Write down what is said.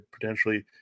potentially